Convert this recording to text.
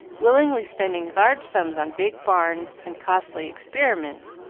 willingly spending large sums on big barns and costly experiments,